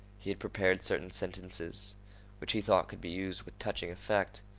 he had prepared certain sentences which he thought could be used with touching effect.